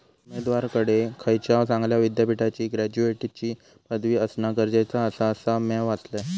उमेदवाराकडे खयच्याव चांगल्या विद्यापीठाची ग्रॅज्युएटची पदवी असणा गरजेचा आसा, असा म्या वाचलंय